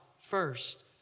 first